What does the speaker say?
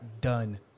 done